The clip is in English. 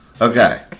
Okay